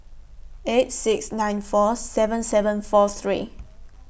eight six nine four seven seven four three